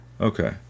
Okay